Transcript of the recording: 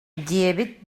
диэбит